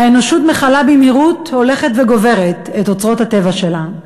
האנושות מכלה במהירות הולכת וגוברת את אוצרות הטבע שלה.